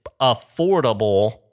affordable